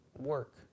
work